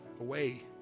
away